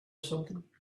something